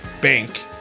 bank